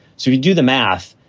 so you do the math.